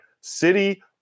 city